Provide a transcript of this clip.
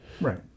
Right